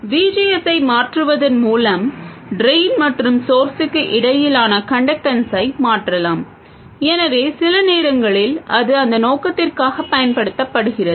V G S ஐ மாற்றுவதன் மூலம் ட்ரெய்ன் மற்றும் ஸோர்ஸுக்கு இடையிலான கன்டக்டன்ஸை மாற்றலாம் எனவே சில நேரங்களில் அது அந்த நோக்கத்திற்காக பயன்படுத்தப்படுகிறது